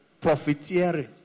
Profiteering